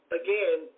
again